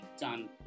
done